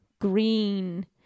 green